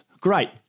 Great